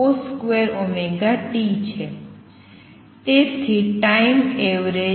તેથી time average